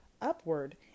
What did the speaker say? upward